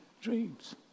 dreams